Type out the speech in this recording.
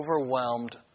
overwhelmed